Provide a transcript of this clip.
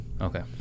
Okay